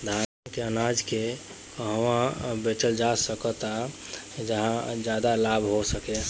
धान के अनाज के कहवा बेचल जा सकता जहाँ ज्यादा लाभ हो सके?